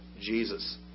Jesus